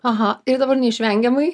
aha ir dabar neišveniamai